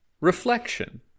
Reflection